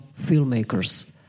filmmakers